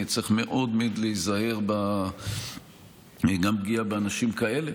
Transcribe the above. צריך מאוד להיזהר גם מפגיעה באנשים כאלה,